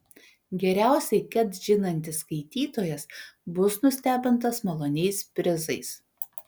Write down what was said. geriausiai ket žinantis skaitytojas bus nustebintas maloniais prizais